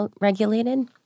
regulated